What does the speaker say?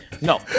No